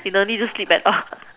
you don't need to sleep at all